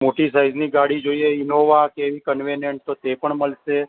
મોટી સાઇઝની ગાડી જોઈએ ઈનોવા તો ઇ કન્વેનન્ટ તો તે પણ મળશે